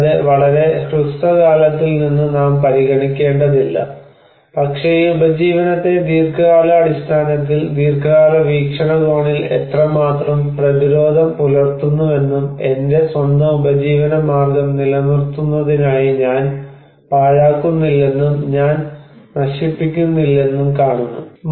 കൂടാതെ വളരെ ഹ്രസ്വകാലത്തിൽ നിന്ന് നാം പരിഗണിക്കേണ്ടതില്ല പക്ഷേ ഈ ഉപജീവനത്തെ ദീർഘകാലാടിസ്ഥാനത്തിൽ ദീർഘകാല വീക്ഷണകോണിൽ എത്രമാത്രം പ്രതിരോധം പുലർത്തുന്നുവെന്നും എന്റെ സ്വന്തം ഉപജീവനമാർഗ്ഗം നിലനിർത്തുന്നതിനായി ഞാൻ പാഴാക്കുന്നില്ലെന്നും ഞാൻ നശിപ്പിക്കുന്നില്ലെന്നും കാണുന്നു